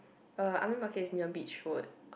uh army market is near Beach-Road